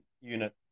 unit